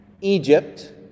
Egypt